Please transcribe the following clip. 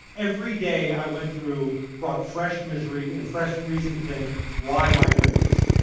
every day i went through brought fresh misery and fresh reason to think why am i doing this,